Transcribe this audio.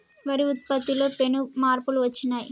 వరి ఉత్పత్తిలో పెను మార్పులు వచ్చినాయ్